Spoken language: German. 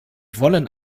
wollen